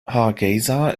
hargeysa